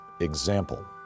example